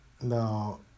No